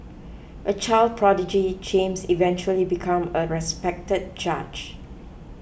a child prodigy James eventually become a respected judge